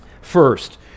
First